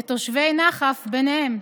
ותושבי נחף ביניהם.